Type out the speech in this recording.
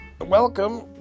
Welcome